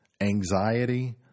Anxiety